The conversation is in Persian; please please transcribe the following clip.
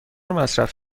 مصرف